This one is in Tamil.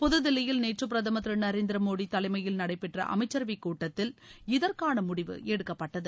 புதுதில்லியில் நேற்று பிரதமர் திரு நரேந்திர மோடி தலைமையில் நடைபெற்ற அமைச்சரவை கூட்டத்தில் இதற்கான முடிவு எடுக்கப்பட்டது